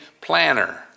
planner